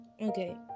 Okay